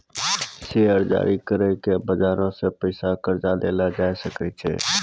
share जारी करि के बजारो से पैसा कर्जा करलो जाय सकै छै